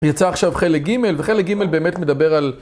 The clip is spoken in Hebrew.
יצא עכשיו חלק ג' וחלק ג' באמת מדבר על...